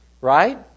right